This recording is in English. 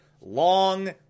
Long